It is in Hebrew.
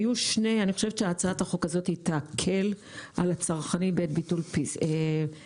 אני חושבת שהצעת החוק הזאת תקל על הצרכנים בעת ביטול העסקה.